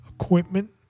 equipment